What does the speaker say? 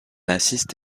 assiste